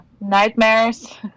nightmares